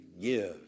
give